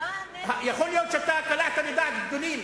יכול להיות שאתה קלעת לדעת גדולים,